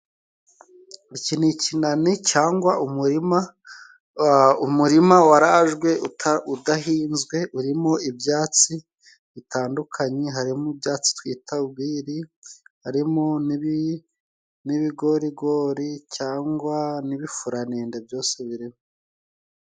Iki ni ikinani cyangwa umurima, umurima warajwe udahinzwe urimo ibyatsi bitandukanye, harimo ibyatsi twita ugwiri, harimo n'ibigorigori cyangwa n'ibifuraninda byose birimo.